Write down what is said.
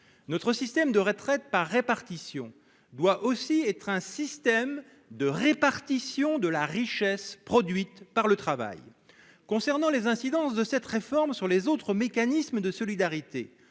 notre système de retraite par répartition doit aussi être un système de répartition de la richesse produite par le travail concernant les incidences de cette réforme sur les autres mécanismes de solidarité,